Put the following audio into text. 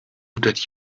that